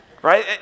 right